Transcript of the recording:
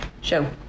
show